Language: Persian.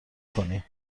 کنی